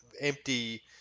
empty